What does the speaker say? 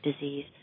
disease